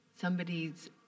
somebody's